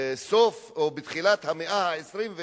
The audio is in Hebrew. שבתחילת המאה ה-21,